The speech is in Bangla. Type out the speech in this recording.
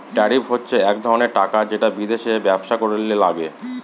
ট্যারিফ হচ্ছে এক ধরনের টাকা যেটা বিদেশে ব্যবসা করলে লাগে